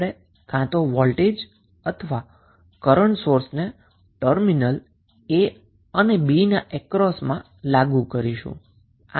તો હવે આપણે કાં તો વોલ્ટેજ અથવા કરન્ટ સોર્સને ટર્મિનલ a અને b ના અક્રોસમાં લાગુ કરીશું